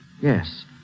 Yes